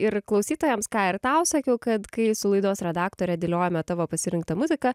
ir klausytojams ką ir tau sakiau kad kai su laidos redaktore dėliojome tavo pasirinktą muziką